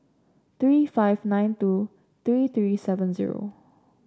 three five nine two three three seven zero